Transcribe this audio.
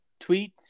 tweets